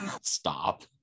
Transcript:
Stop